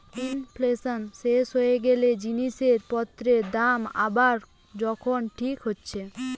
inflation শেষ হয়ে গ্যালে জিনিস পত্রের দাম আবার যখন ঠিক হচ্ছে